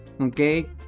okay